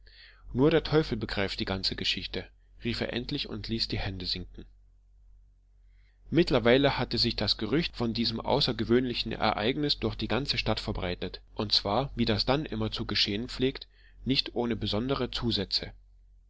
nur der teufel begreift die ganze geschichte rief er endlich und ließ die hände sinken mittlerweile hatte sich das gerücht von diesem außergewöhnlichen ereignis durch die ganze stadt verbreitet und zwar wie das dann immer zu geschehen pflegt nicht ohne besondere zusätze